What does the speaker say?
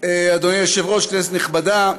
אדוני היושב-ראש, כנסת נכבדה,